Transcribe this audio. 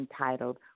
entitled